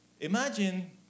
Imagine